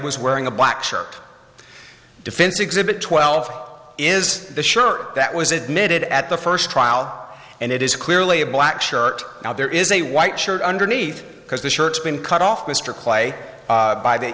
was wearing a black shirt defense exhibit twelve is the shirt that was admitted at the first trial and it is clearly a black shirt now there is a white shirt underneath because the shirts been cut off mr clay by the